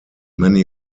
many